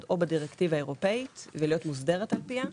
בדירקטיבה האירופית ולהיות מוסדרת על פיה,